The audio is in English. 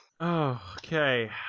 okay